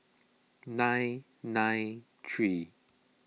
nine nine three